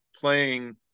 playing